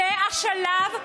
זה השלב,